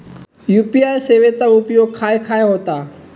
UPI सेवेचा उपयोग खाय खाय होता?